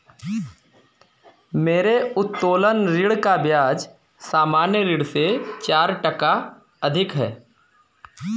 मेरे उत्तोलन ऋण का ब्याज सामान्य ऋण से चार टका अधिक है